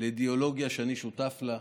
לאידיאולוגיה שאני שותף לה,